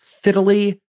fiddly